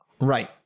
Right